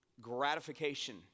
gratification